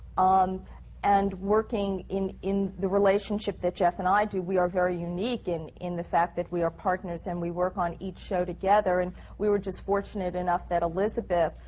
um and working in in the relationship that jeff and i do, we are very unique in in the fact that we are partners and we work on each show together. and we were just fortunate enough that elizabeth,